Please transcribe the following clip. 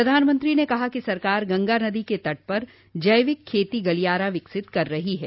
प्रधानमंत्री ने कहा कि सरकार गंगा नदी के तट पर जैविक खेती गलियारा विकसित कर रही है